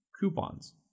coupons